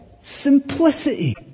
simplicity